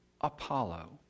Apollo